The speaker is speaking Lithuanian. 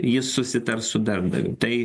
jis susitars su darbdaviu tai